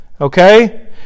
okay